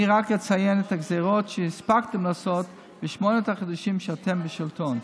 אני רק אציין את הגזרות שהספקתם לעשות בשמונת החודשים שאתם בשלטון.